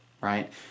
right